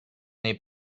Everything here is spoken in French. n’est